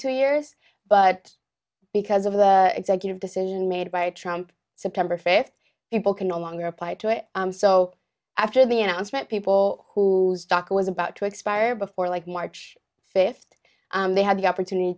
two years but because of the executive decision made by trump september fifth people can no longer apply to it so after the announcement people who was about to expire before like march fifth they had the opportunity